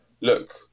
look